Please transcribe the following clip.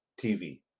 TV